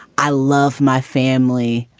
i love my family,